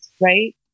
right